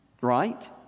right